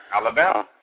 Alabama